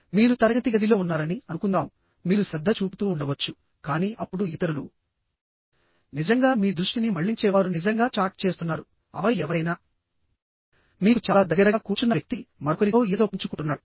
మీరు తరగతి గదిలో ఉన్నారని అనుకుందాం మీరు శ్రద్ధ చూపుతూ ఉండవచ్చు కానీ అప్పుడు ఇతరులు నిజంగా మీ దృష్టిని మళ్ళించే వారు నిజంగా చాట్ చేస్తున్నారు ఆపై ఎవరైనా మీకు చాలా దగ్గరగా కూర్చున్న వ్యక్తి మరొకరితో ఏదో పంచుకుంటున్నాడు